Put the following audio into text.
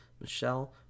Michelle